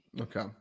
Okay